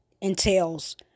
entails